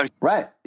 Right